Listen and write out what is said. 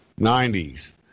90's